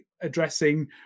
addressing